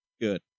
good